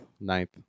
Ninth